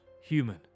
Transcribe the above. human